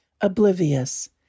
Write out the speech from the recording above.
oblivious